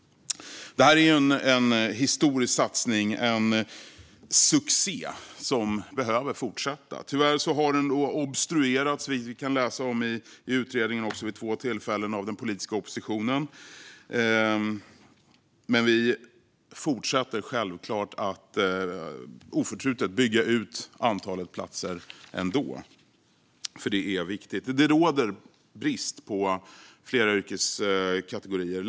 Detta är en historisk satsning, en succé, som behöver fortsätta. Tyvärr har den obstruerats - vi kan läsa om det i utredningen också - vid två tillfällen av den politiska oppositionen. Men vi fortsätter självklart oförtrutet att bygga ut antalet platser, för det är viktigt. Det råder brist i flera yrkeskategorier.